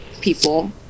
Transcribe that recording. people